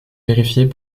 vérifiés